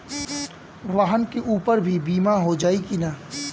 वाहन के ऊपर भी बीमा हो जाई की ना?